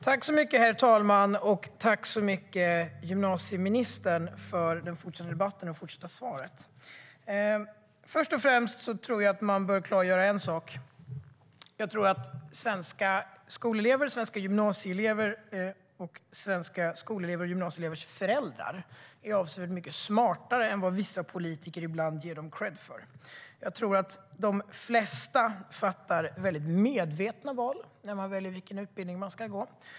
Herr talman! Jag tackar gymnasieministern för de fortsatta svaren i debatten. Först och främst tror jag att man bör klargöra en sak. Jag tror att svenska skolelever och gymnasielever - och deras föräldrar - är avsevärt mycket smartare än vad vissa politiker ibland ger dem kredd för. Jag tror att de flesta fattar väldigt medvetna val när det gäller vilken utbildning de ska gå.